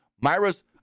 Myra's